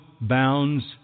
bounds